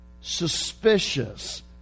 suspicious